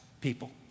people